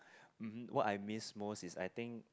mm what I miss most is I think